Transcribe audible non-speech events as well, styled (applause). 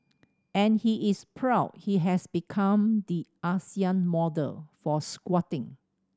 and he is proud he has become the Asian (unintelligible) model for squatting